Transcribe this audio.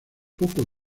poco